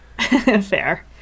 Fair